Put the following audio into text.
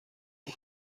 بود